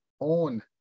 own